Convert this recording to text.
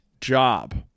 job